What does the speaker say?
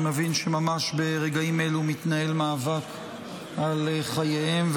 אני מבין שממש ברגעים אלו מתנהל מאבק על חייהם,